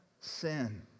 sin